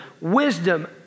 wisdom